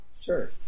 sure